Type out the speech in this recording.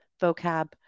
vocab